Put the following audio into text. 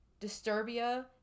Disturbia